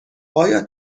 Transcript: آیا